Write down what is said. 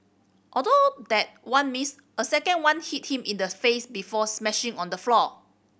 although that one missed a second one hit him in the face before smashing on the floor